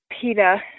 PETA